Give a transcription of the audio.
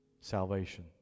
salvation